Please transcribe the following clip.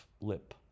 Lip